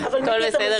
הכול בסדר גמור.